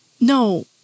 No